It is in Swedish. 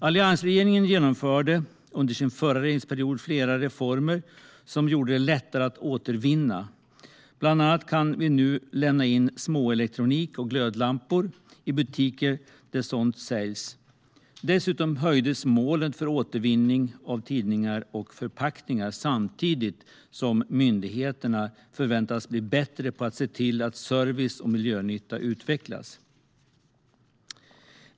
Alliansregeringen genomförde under sin regeringstid flera reformer som gjorde det lättare att återvinna. Bland annat kan vi nu lämna in småelektronik och glödlampor i butiker där sådant säljs. Dessutom höjdes målen för återvinning av tidningar och förpackningar samtidigt som myndigheterna förväntas bli bättre på att se till att service och miljönytta utvecklas.